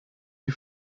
die